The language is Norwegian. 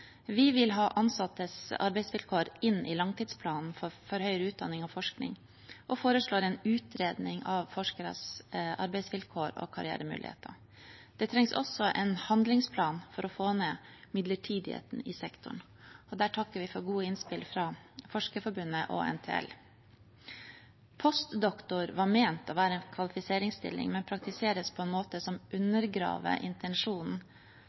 Vi vil ha ansattes arbeidsvilkår inn i langtidsplanen for høyere utdanning og forskning og foreslår en utredning av forskeres arbeidsvilkår og karrieremuligheter. Det trengs også en handlingsplan for å få ned midlertidigheten i sektoren, og der takker vi for gode innspill fra Forskerforbundet og NTL. Postdoktor var ment å være en kvalifiseringsstilling, men praktiseres på en måte som undergraver intensjonen.